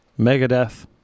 megadeth